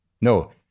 No